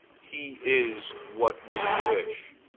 he is what we wish.